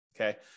okay